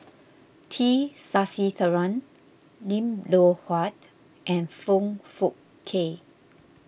T Sasitharan Lim Loh Huat and Foong Fook Kay